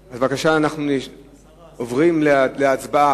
בבקשה, אנחנו עוברים להצבעה.